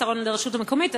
צהרון ברשות המקומית,